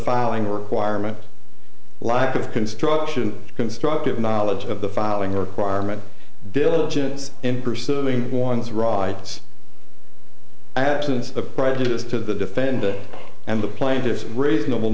filing or quire meant lack of construction constructive knowledge of the filing requirement diligence in pursuing one's rights absence of prejudice to the defendant and the plaintiff's reasonable